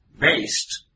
based